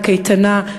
לקייטנה,